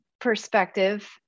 perspective